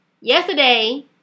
Yesterday